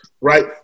right